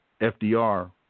FDR